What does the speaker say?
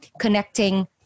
connecting